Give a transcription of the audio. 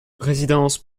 résidence